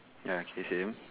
ya K same